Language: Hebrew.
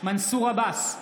מנסור עבאס,